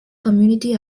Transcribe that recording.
community